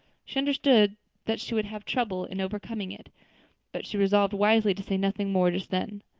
she understood that she would have trouble in overcoming it but she re-solved wisely to say nothing more just then.